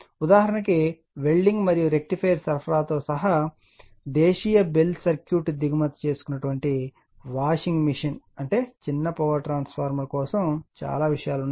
ఉదాహరణ వెల్డింగ్ మరియు రెక్టిఫైయర్ సరఫరాతో సహా దేశీయ బెల్ సర్క్యూట్ దిగుమతి చేసుకున్న వాషింగ్ మెషీన్ అంటే చిన్న పవర్ ట్రాన్స్ఫార్మర్ కోసం చాలా విషయాలు ఉన్నాయి